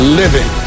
living